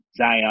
Zion